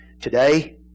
today